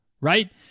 Right